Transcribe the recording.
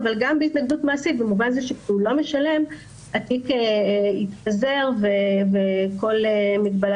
אבל גם בהתנגדות מעשית במובן זה שכאשר הוא לא משלם התיק יתפזר וכל מגבלה